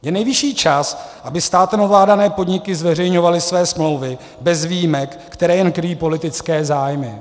Je nejvyšší čas, aby státem ovládané podniky zveřejňovaly své smlouvy bez výjimek, které jen kryjí politické zájmy.